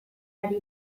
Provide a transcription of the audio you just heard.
ari